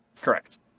Correct